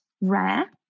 rare